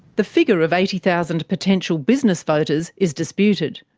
the figure of eighty thousand potential business voters is disputed.